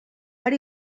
per